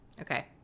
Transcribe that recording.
okay